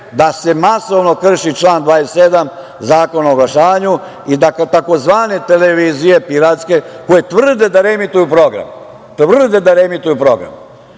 da se masovno krši član 27. Zakona o oglašavanju i da tzv. televizije, piratske, koje tvrde da reemituju program,